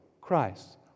Christ